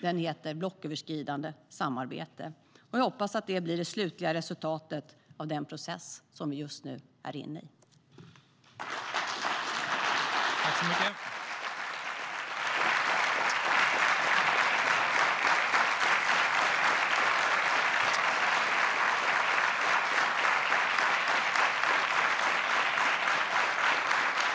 Den heter blocköverskridande samarbete. Jag hoppas att det blir det slutliga resultatet av den process som vi just nu är inne i.I detta anförande instämde Veronica Lindholm .